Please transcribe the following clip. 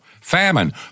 famine